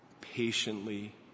patiently